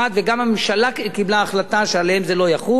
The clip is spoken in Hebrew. וגם הממשלה קיבלה החלטה שעליהם זה לא יחול,